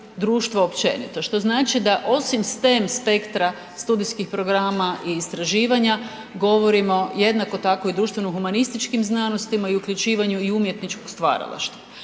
društva općenito što znači da osim STEM spektra studijskih programa i istraživanja govorimo jednako tako o društveno humanističkim znanostima i uključivanju i umjetničkog stvaralaštva.